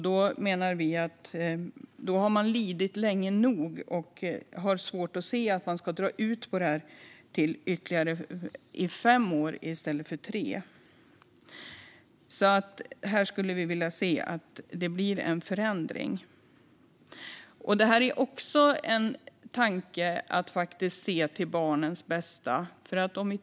Då menar vi att man har lidit länge nog. Vi har svårt att se att man ska dra ut på det här till fem år i stället för tre. Här skulle vi vilja ha en förändring. Här finns också en tanke att se till barnens bästa.